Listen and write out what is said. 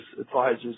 advisors